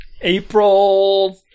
April